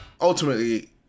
Ultimately